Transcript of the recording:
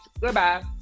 Goodbye